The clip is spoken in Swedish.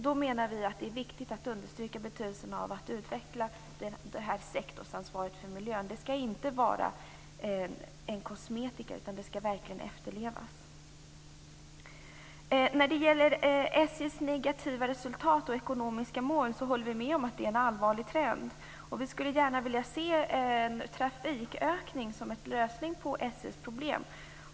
Vi menar att det är viktigt att understryka betydelsen av att utveckla sektorsansvaret för miljön. Detta skall inte bara vara kosmetika, utan det skall verkligen vara något som efterlevs. Vi håller med om att det är en allvarlig trend när det gäller SJ:s negativa resultat och ekonomiska mål. Vi skulle gärna vilja se en trafikökning som en lösning på SJ:s problem.